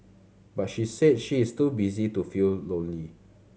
but she said she is too busy to feel lonely